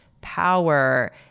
power